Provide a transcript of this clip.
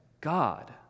God